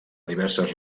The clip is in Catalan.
diverses